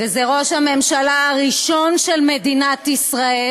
זה ראש הממשלה הראשון של מדינת ישראל